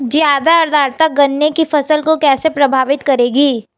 ज़्यादा आर्द्रता गन्ने की फसल को कैसे प्रभावित करेगी?